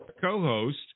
co-host